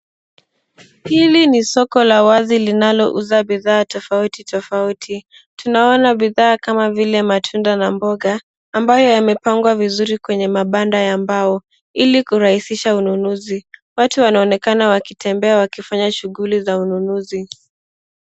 Hili ni soko la wazi linalouza bidhaa tofauti tofauti. Tunaona bidhaa kama vile matunda na mboga ambayo yamepangwa vizuri kwenye mabanda ya mbao ilikurahisisha ununuzi. Watu wanaonekana wakitembea wakifanya shughuli za ununuzi.